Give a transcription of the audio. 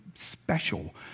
special